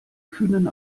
kühnen